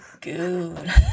good